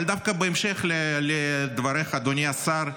אבל דווקא בהמשך לדבריך, אדוני השר,